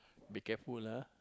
be careful ah